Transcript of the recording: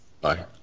Bye